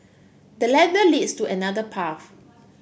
the ladder leads to another path